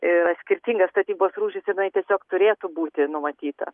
yra skirtinga statybos rūšis ir jinai tiesiog turėtų būti numatyta